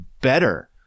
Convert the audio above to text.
better